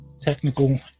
Technical